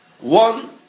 One